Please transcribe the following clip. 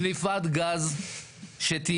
דליפת גז שתהיה,